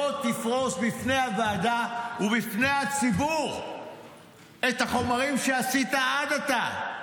בוא תפרוס בפני הוועדה ובפני הציבור את החומרים שעשית עד עתה.